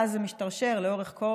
ואז זה משתרשר לאורך כל,